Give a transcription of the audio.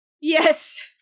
Yes